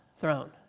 throne